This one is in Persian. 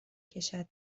کشد